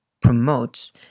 promotes